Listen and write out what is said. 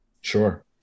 Sure